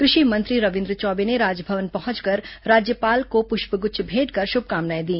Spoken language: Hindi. कृषि मंत्री रविन्द्र चौबे ने राजभवन पहंचकर राज्यपाल को पृष्पगुच्छ भेंट कर शुभकामनाए दी